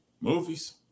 Movies